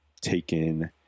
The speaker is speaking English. taken